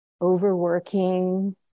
overworking